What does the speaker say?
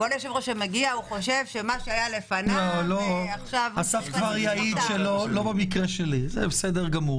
שיוצג על-ידי הייעוץ המשפטי של הכנסת.